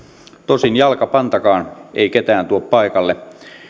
tosin jalkapantakaan ei ketään tuo paikalle